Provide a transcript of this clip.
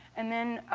and then